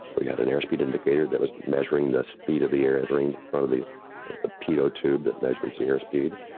we got an airspeed indicator that was measuring the speed of the air entering the front of the the pido tube that measures the airspeed.